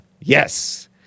Yes